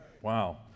Wow